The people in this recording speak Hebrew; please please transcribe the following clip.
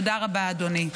תודה רבה, אדוני.